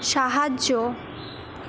সাহায্য